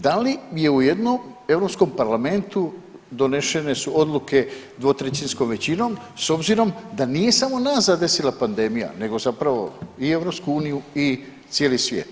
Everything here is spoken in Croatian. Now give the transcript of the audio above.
Da li i u jednom europskom parlamentu donešene su odluke dvotrećinskom većinom s obzirom da nije samo nas zadesila pandemija nego zapravo i EU i cijeli svijet?